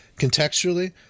Contextually